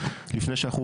לפני שאנחנו,